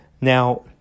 Now